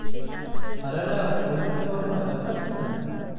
हरा ल cold store म रख सकथन?